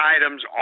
items